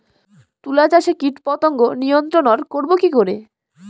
তুলা চাষে কীটপতঙ্গ নিয়ন্ত্রণর করব কি করে?